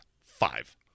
five